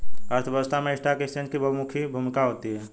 अर्थव्यवस्था में stock exchange की बहुमुखी भूमिका होती है